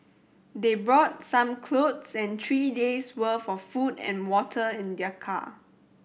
they brought some clothes and three days' worth of food and water in their car